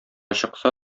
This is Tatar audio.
чыкса